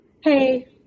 Hey